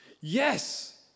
yes